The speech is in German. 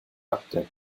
akte